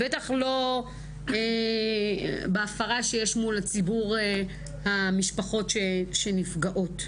בטח לא בהפרה שיש מול ציבור המשפחות שנפגעות.